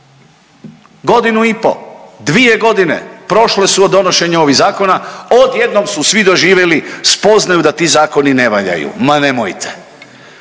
Godinu i po, dvije godinu prošle su od donošenja ovih zakona, odjednom su svi doživjeli spoznaju da ti zakoni ne valjaju. Ma nemojte.